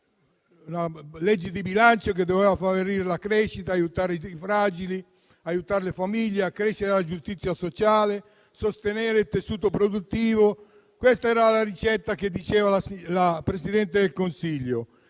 una legge di bilancio che doveva favorire la crescita, aiutare i fragili, aiutare le famiglie, accrescere la giustizia sociale e sostenere il tessuto produttivo. Questa era la ricetta di cui parlava la Presidente del Consiglio,